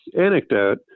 anecdote